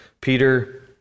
Peter